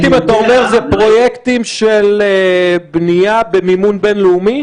אלו פרויקטים של בנייה במימון בין-לאומי